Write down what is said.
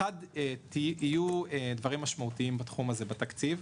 הראשון, יהיו דברים משמעותיים בתחום הזה בתקציב.